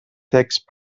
text